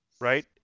Right